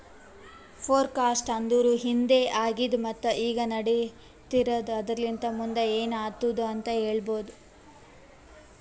forecast ಅಂದುರ್ ಹಿಂದೆ ಆಗಿದ್ ಮತ್ತ ಈಗ ನಡಿತಿರದ್ ಆದರಲಿಂತ್ ಮುಂದ್ ಏನ್ ಆತ್ತುದ ಅಂತ್ ಹೇಳ್ತದ